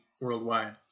worldwide